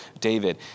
David